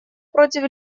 против